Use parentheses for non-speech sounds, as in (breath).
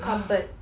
(breath)